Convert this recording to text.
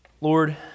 Lord